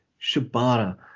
Shibata